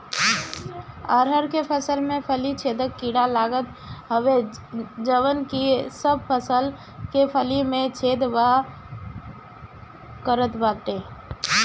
अरहर के फसल में फली छेदक कीड़ा लागत हवे जवन की सब फसल के फली में छेद कर देत बाटे